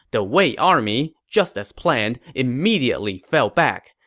the wei army, just as planned, immediately fell back.